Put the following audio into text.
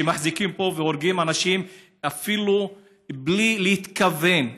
שמחזיקים בו והורגים אנשים אפילו בלי להתכוון.